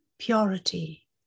purity